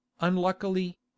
unluckily